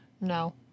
No